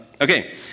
Okay